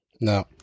No